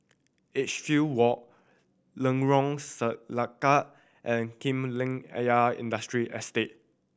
Edgefield Walk Lorong Selangat and Kolam Ayer Industrial Estate